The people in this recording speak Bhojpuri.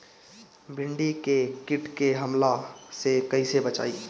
भींडी के कीट के हमला से कइसे बचाई?